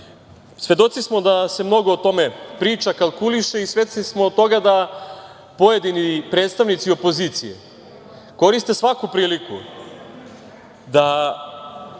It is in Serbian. smo da se mnogo o tome priča, kalkuliše i svesni smo toga da pojedini predstavnici opozicije koriste svaku priliku da